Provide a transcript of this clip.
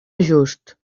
just